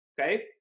Okay